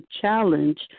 challenge